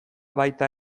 baita